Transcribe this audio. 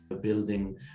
building